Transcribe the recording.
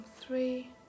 three